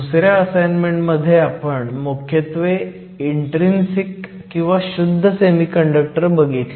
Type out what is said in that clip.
दुसऱ्या असाईनमेंट मध्ये आपण मुख्यत्वे इन्ट्रीन्सिक किंवा शुद्ध सेमीकंडक्टर बघितले